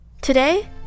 today